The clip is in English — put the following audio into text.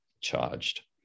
charged